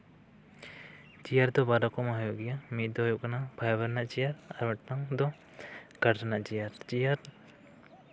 chair ᱫᱚ ᱵᱟᱨ ᱨᱚᱠᱚᱢᱟᱜ ᱦᱩᱭᱩᱜ ᱜᱮᱭᱟ ᱢᱤᱫ ᱫᱚ ᱦᱩᱭᱩᱜ ᱠᱟᱱᱟ ᱯᱷᱟᱭᱵᱟᱨ ᱨᱮᱱᱟᱜ ᱪᱮᱭᱟᱨ ᱟᱨ ᱢᱤᱫᱴᱟᱱ ᱫᱚ ᱚᱠᱟ ᱴᱷᱮᱱᱟᱜ ᱪᱮᱭᱟᱨ ᱪᱮᱭᱟᱨ